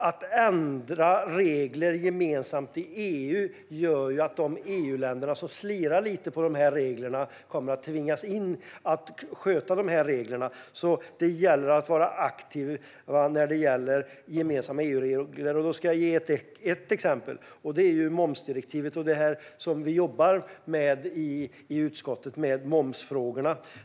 Att ändra regler gemensamt i EU gör att de EU-länder som slirar lite på reglerna kommer att tvingas att följa dem. Det gäller alltså att vara aktiv när det gäller gemensamma EU-regler. Jag ska ge ett exempel. Det gäller momsdirektivet och det som vi jobbar med i utskottet - momsfrågorna.